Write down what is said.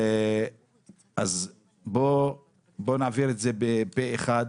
אז בוא נעביר את זה פה אחד,